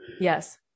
Yes